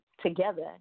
together